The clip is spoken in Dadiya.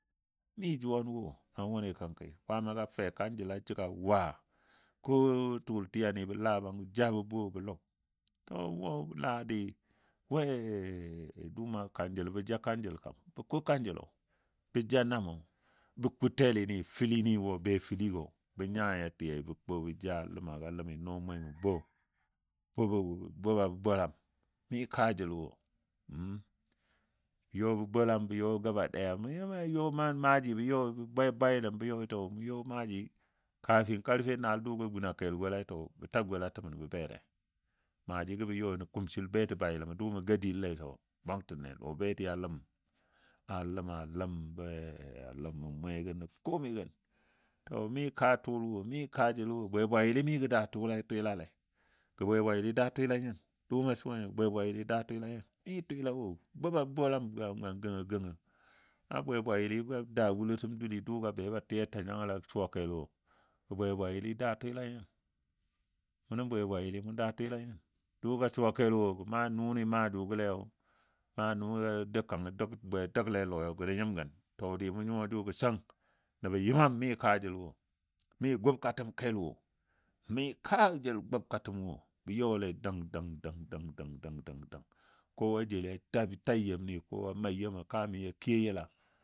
Mi juwanwɔ a wʊni kənki ƙwaama fe kaljəla shig a wa ko tʊʊl tiyani bə labang bɔ ja bə bo bə lʊg to wɔ la dɨ we dʊʊumo kanjəl bə ko ja kanjəl kam, bə ko kanjəlo. Ɓə ja namɔ, bə ku telini fəlini wɔ be fəligo bə nya a tiyai bə ku bə ja, ləma ləmi nɔɔ mwemo bo, bo ba bə bolam mi kajəl wo bə yɔ bə bolam bə yɔ gaba daya bə bayiləm bə yɔi to bə yɔ maaji kafin karfe naal dʊugɔ gun a kl gɔlai to bə ta gla təbən bə bele, maajigɔ bə yɔi nən kumsil betɔ bayiləm dʊʊmɔ ga dille so, bwangtənle lɔ beti a ləm a ləm nən mwegən nən komai gən to mika tʊl wo mi ka jəl wo be bwayili mi gə daa tʊ twilale gɔ be bwayili daa twila nyin? dʊʊmɔ suwa nyo be bwayili daa twila nyin mi twilawo boba bolam a bebwayiliga daa wulotəm dul dʊʊgɔ be ba tiya tanjangəl a suwa kelwo gə be bwaili daa twila nyin mʊnən be bwayili mʊn daa twila nyin. Dʊʊgo suwa wo gə na nʊni maa jʊgɔle naa nʊ a dou kang a dəng bwe dəgle lɔi gə jə nyin gən to dii mʊn nyuwa jʊgɔ səng nəbɔ yɨman mi kaajəl. Mi gʊbkatəm kel wo mi kaajəl gʊbkatəm wo bə yɔle dəng dəng dəng dəng kowa jeli bə ta yəmni, kowa maa yemo kaami a kiyo yəla.